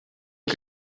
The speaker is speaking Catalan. que